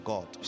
God